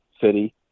city